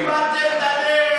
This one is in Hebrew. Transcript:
איבדתם את הדרך.